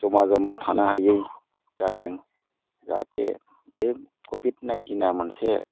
जमा जमा थानो हायै जादों जाहाथे बे कभिड नाइन्टिना मोनसे